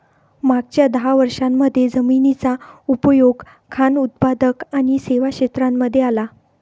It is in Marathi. मागच्या दहा वर्षांमध्ये जमिनीचा उपयोग खान उत्पादक आणि सेवा क्षेत्रांमध्ये आला